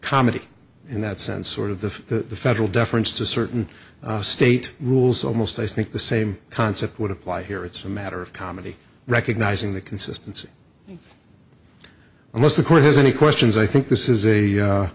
comedy in that sense sort of the federal deference to certain state rules almost i think the same concept would apply here it's a matter of comedy recognizing the consistency unless the court has any questions i think this is a